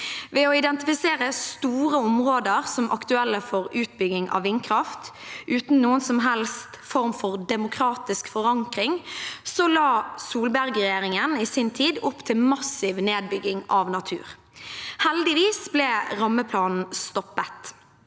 Ved å identifisere store områder som aktuelle for utbygging av vindkraft uten noen som helst form for demokratisk forankring la Solberg-regjeringen i sin tid opp til massiv nedbygging av natur. Heldigvis ble rammeplanen stoppet.